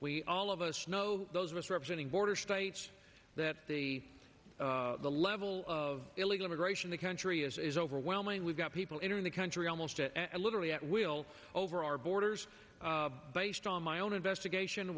we all of us know those misrepresenting border states that the level of illegal immigration the country is overwhelming we've got people entering the country almost literally at will over our borders based on my own investigation